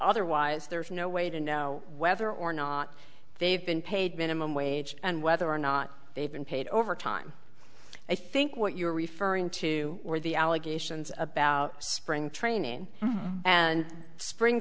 otherwise there is no way to know whether or not they've been paid minimum wage and whether or not they've been paid over time i think what you're referring to were the allegations about spring training and spring